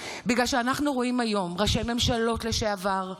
בגלל שאנחנו רואים היום ראשי ממשלות לשעבר,